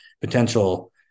potential